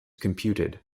computed